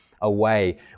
away